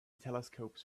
telescopes